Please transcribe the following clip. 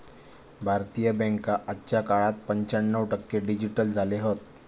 भारतीय बॅन्का आजच्या काळात पंच्याण्णव टक्के डिजिटल झाले हत